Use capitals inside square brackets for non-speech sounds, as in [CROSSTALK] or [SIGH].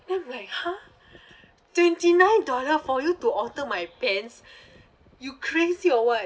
then I'm like !huh! [BREATH] twenty nine dollar for you to alter my pants [BREATH] you crazy or what